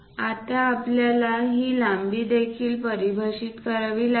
आता आपल्याला ही लांबी देखील परिभाषित करावी लागेल